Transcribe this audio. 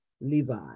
Levi